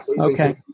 Okay